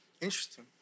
Interesting